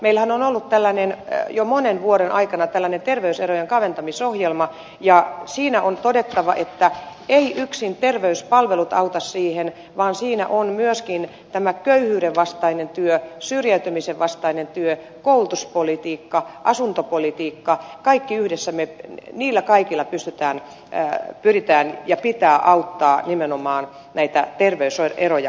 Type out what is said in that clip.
meillähän on ollut jo monen vuoden aikana tällainen terveyserojen kaventamisohjelma ja siinä on todettava että eivät yksin terveyspalvelut auta siihen vaan siinä on myöskin tämä köyhyydenvastainen työ syrjäytymisenvastainen työ koulutuspolitiikka asuntopolitiikka kaikilla yhdessä pystytään ja pyritään ja pitää auttaa nimenomaan näitä terveys eroja kaventumaan